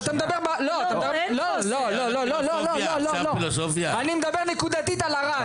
לא לא לא אני מדבר נקודתית על ערד.